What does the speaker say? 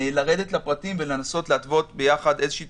לרדת לפרטים ולנסות להתוות ביחד איזו תוכנית.